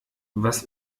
was